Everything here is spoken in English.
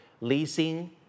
leasing